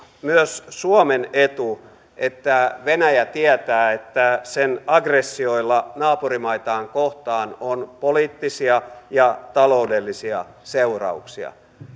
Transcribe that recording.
myös suomen etu että venäjä tietää että sen aggressioilla naapurimaitaan kohtaan on poliittisia ja taloudellisia seurauksia